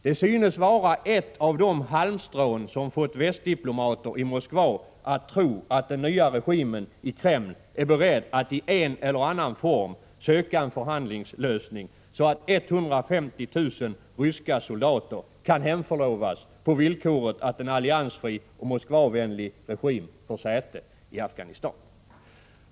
Det synes vara ett av de halmstrån som fått västdiplomater i Moskva att tro att den nya regimen i Kreml är beredd att i en eller annan form söka en förhandlingslösning, så att 150 000 ryska soldater kan hemförlovas, på villkor att en alliansfri och Moskvavänlig regim får säte i Afghanistan.